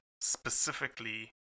specifically